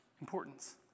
importance